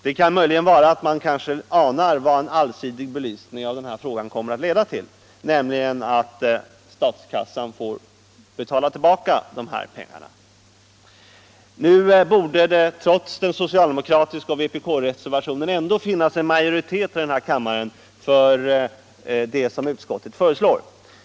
Det kan möjligen bero på att de anar vad en sådan belysning av frågan kommer att leda till, nämligen att statskassan får betala tillbaka en del pengar. Trots reservationen av socialdemokraterna och vpk borde det finnas majoritet i kammaren för utskottets förslag.